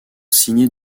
signés